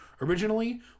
originally